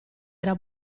era